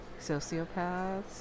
sociopaths